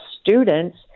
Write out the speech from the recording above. students